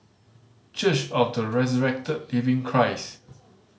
Church of the Resurrected Living Christ